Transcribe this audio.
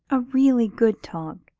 a really good talk,